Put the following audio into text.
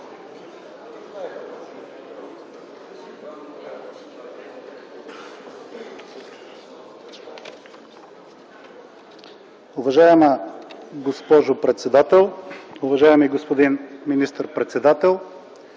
Уважаема госпожо председател, уважаеми господин министър-председател,